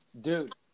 Dude